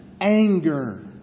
anger